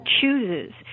chooses